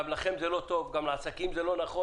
גם לכם זה לא טוב, גם לעסקים זה לא נכון.